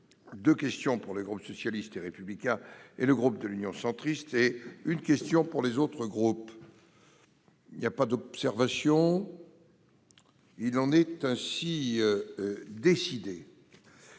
deux questions pour les groupes socialiste et républicain et Union Centriste et une question pour les autres groupes. Il n'y a pas d'observation ?... Il en est ainsi décidé.